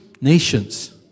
Nations